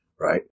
right